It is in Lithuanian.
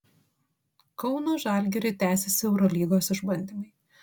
kauno žalgiriui tęsiasi eurolygos išbandymai